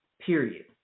Period